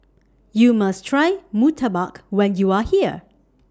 YOU must Try Murtabak when YOU Are here